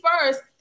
first